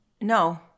No